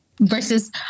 versus